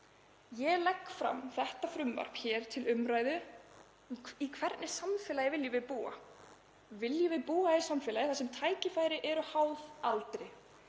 Ég legg fram þetta frumvarp hér til umræðu um það í hvernig samfélagi við viljum búa. Viljum við búa í samfélagi þar sem tækifæri eru háð aldri